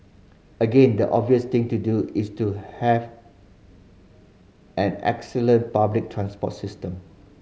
again the obvious thing to do is to have an excellent public transport system